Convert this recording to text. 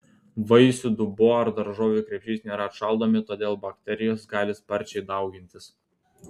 vaisių dubuo ar daržovių krepšys nėra atšaldomi todėl bakterijos gali sparčiai daugintis